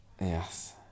yes